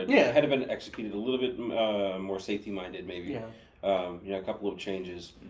yeah. had it been executed a little bit more safety-minded maybe. yeah. you know, a couple of changes,